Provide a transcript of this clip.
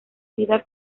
vida